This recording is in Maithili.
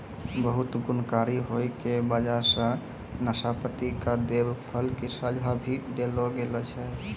बहुत गुणकारी होय के वजह सॅ नाशपाती कॅ देव फल के संज्ञा भी देलो गेलो छै